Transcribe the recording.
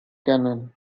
cannon